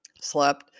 slept